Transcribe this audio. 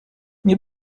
nie